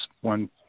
one